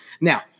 now